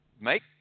make